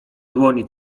dłoni